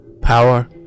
power